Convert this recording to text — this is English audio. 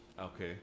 Okay